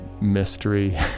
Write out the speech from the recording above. mystery